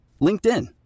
LinkedIn